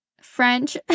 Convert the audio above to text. French